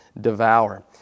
devour